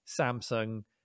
Samsung